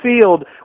field